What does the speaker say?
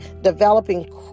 developing